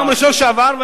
ביום ראשון שעבר.